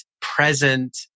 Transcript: present